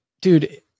dude